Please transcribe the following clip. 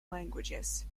languages